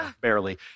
barely